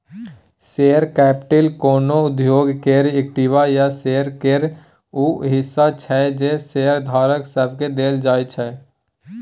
share capital कोनो उद्योग केर इक्विटी या शेयर केर ऊ हिस्सा छै जे शेयरधारक सबके देल जाइ छै